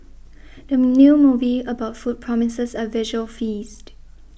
the new movie about food promises a visual feast